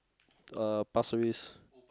uh Pasir-Ris